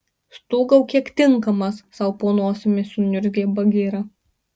stūgauk kiek tinkamas sau po nosimi suniurzgė bagira